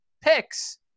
picks